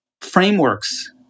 frameworks